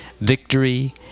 victory